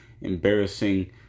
embarrassing